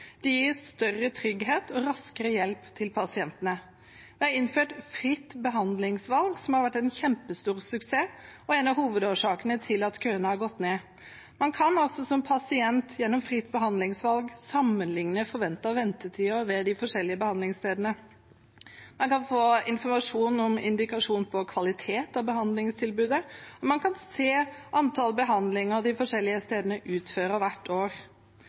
Det gir større trygghet og raskere hjelp til pasientene. Det er innført fritt behandlingsvalg, som har vært en kjempestor suksess og en av hovedårsakene til at køene har gått ned. Man kan som pasient gjennom fritt behandlingsvalg sammenligne forventede ventetider ved de forskjellige behandlingsstedene. En kan få informasjon om indikasjon på kvalitet på behandlingstilbudet, og man kan se antall behandlinger de forskjellige stedene utfører hvert år.